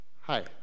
Hi